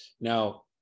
Now